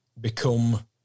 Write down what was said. become